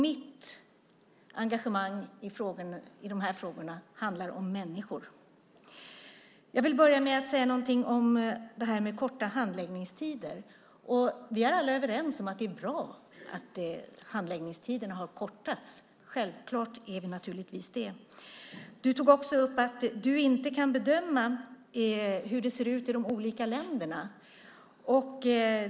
Mitt engagemang i de här frågorna handlar om människor. Jag vill börja med att säga någonting om korta handläggningstider. Vi är alla överens om att det är bra att handläggningstiderna har kortats. Du tog också upp att du inte kan bedöma hur det ser ut i de olika länderna.